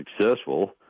successful